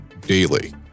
daily